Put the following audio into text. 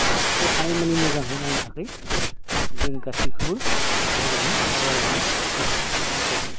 आबादखौ हानायमानि मोजांयै मावनो थाखाय जों गासैखौबो खावलायदों आरो हांख्रायदों